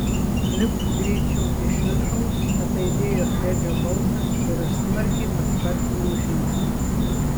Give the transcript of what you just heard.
lipk greičiau iš viršaus ataidėjo fredžio balsas ir aš smarkiai paspartinau žingsnį